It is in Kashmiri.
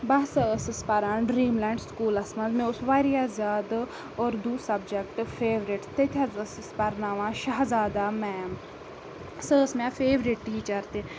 بہٕ ہَسا ٲسٕس پَران ڈریٖم لینٛڈ سُکوٗلَس منٛز مےٚ اوس واریاہ زیادٕ اُردو سَبجَکٹ فیٚورِٹ تتہِ حظ ٲس اَسہِ پَرناوان شہازادا میم سۄ ٲس مےٚ فیٚورِٹ ٹیٖچَر تہِ